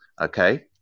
okay